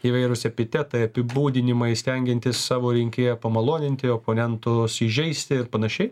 įvairūs epitetai apibūdinimai stengianti savo rinkėją pamaloninti oponentus įžeisti ir panašiai